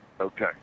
Okay